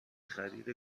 خرید